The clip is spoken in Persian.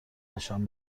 نشان